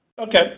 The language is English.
Okay